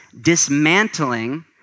dismantling